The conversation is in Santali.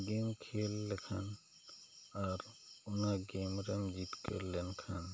ᱜᱮᱢ ᱠᱷᱮᱞ ᱞᱮᱠᱷᱟᱱ ᱟᱨ ᱚᱱᱟ ᱜᱮᱢ ᱨᱮᱢ ᱡᱤᱛᱠᱟᱹᱨ ᱞᱮᱱ ᱠᱷᱟᱱ